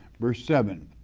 verse seven,